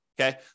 Okay